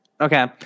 Okay